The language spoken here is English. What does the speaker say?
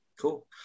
cool